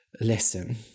Listen